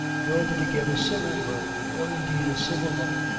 nor did he give a civil word, or indeed a civil look,